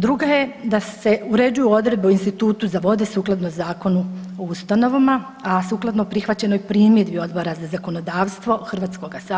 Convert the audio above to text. Druga je da se uređuju odredbe o institutu za vode sukladno Zakonu o ustanovama, a sukladno prihvaćenoj primjedbi Odbora za zakonodavstvo HS